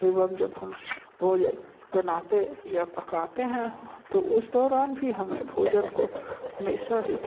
एवं जब हम भोजन बनाते या पकाते हैं तो उस दौरान भी हमें भोजन को हमेशा ही